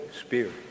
Spirit